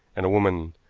and a woman.